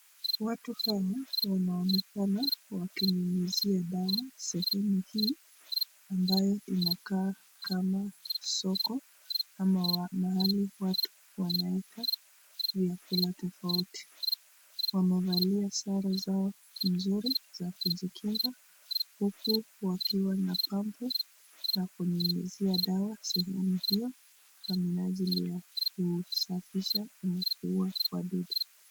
Watu hawa wanaonekana wakinyunyuzia dawa sehemu hii ambayo inakaa kama soko ama mahali watu wanaita vyakula tofauti, wamevalia sare zao mzuri za kujikinga huku wakiwa na pampu wakinyunyuzia dawa sehemu hiyo kwa minajili ya kusafisha ama kuuwa wadudu